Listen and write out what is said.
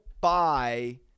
buy